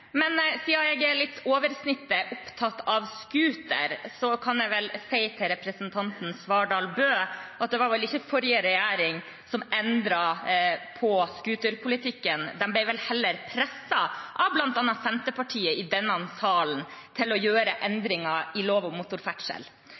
men jeg kan jo merke meg det. Men siden jeg er litt over snittet opptatt av scooter, kan jeg si til representanten Svardal Bøe at det var vel ikke forrige regjering som endret på scooterpolitikken, de ble vel heller presset av bl.a. Senterpartiet i denne salen til å gjøre